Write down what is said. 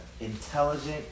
intelligent